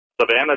Savannah